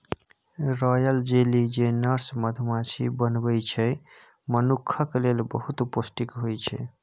royal jelly जे nurse मधुमाछी बनबै छै मनुखक लेल बहुत पौष्टिक होइ छै